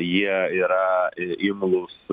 jie yra imlūs